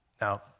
Now